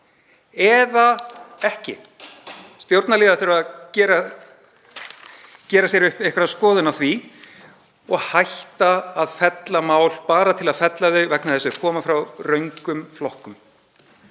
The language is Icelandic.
Stjórnarliðar þurfa að gera sér upp einhverja skoðun á því og hætta að fella mál bara til að fella þau vegna þess að þau koma frá röngum flokkum.